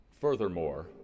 Furthermore